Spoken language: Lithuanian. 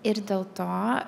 ir dėl to